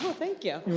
thank you!